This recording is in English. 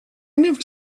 never